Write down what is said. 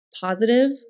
Positive